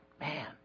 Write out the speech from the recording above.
Man